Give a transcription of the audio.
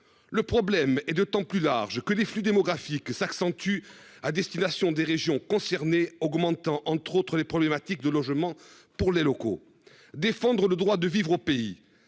Le problème est d'autant plus large que les flux démographique s'accentue à destination des régions concernées augmentant entre autres les problématiques de logements pour les locaux. Défendre le droit de vivre au pays,